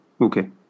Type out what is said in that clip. okay